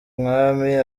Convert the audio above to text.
umwami